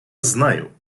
знаю